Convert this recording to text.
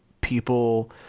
people